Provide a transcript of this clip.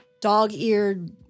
dog-eared